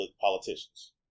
politicians